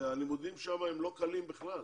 שהלימודים שם הם לא קלים בכלל,